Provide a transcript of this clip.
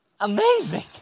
amazing